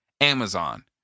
Amazon